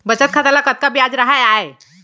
बचत खाता ल कतका ब्याज राहय आय?